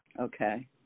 Okay